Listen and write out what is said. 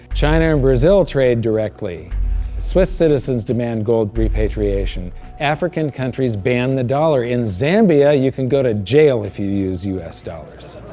china and brazil trade directly swiss citizens demand gold repatriation african countries ban the dollar in zambia, you can go to jail if you use us dollars